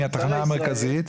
מהתחנה המרכזית,